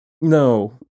No